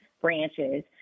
branches